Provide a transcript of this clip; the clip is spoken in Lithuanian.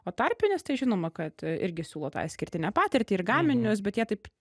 o tarpinis tai žinoma kad irgi siūlo tą išskirtinę patirtį ir gaminius bet jie taip